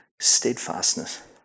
steadfastness